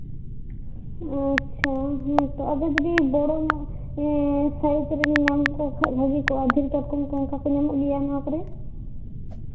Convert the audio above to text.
ᱟᱪᱪᱷᱟ ᱦᱮᱸ ᱛᱚ ᱟᱫᱚ ᱡᱚᱫᱤ ᱵᱚᱲᱚ ᱧᱚᱜ ᱥᱟᱭᱤᱡᱨᱮ ᱧᱟᱢ ᱠᱚ ᱠᱷᱟᱱ ᱵᱷᱟᱹᱜᱤ ᱠᱚᱜᱼᱟ ᱫᱷᱤᱨᱤ ᱠᱟᱴᱠᱚᱢ ᱠᱚ ᱧᱟᱢᱚᱜ ᱜᱮᱭᱟ ᱱᱚᱣᱟ ᱠᱚᱨᱮᱜ